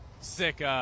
sick